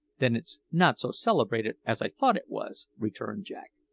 then it's not so celebrated as i thought it was, returned jack,